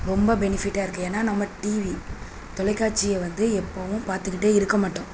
ரொம்ப பெனிஃபிட்டாக இருக்குது ஏன்னால் நம்ம டிவி தொலைக்காட்சியை வந்து எப்போவும் பார்த்துக்கிட்டே இருக்கற மாட்டோம்